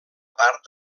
part